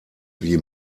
wie